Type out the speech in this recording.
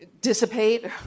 dissipate